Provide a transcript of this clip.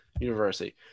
university